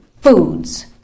foods